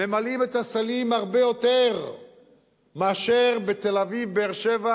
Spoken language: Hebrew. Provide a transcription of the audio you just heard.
ממלאים את הסלים הרבה יותר מאשר בתל-אביב, באר-שבע